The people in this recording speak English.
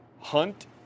hunt